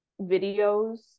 videos